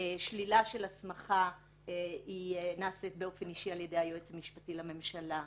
שלילה של הסמכה נעשית באופן אישי על ידי היועץ המשפטי לממשלה.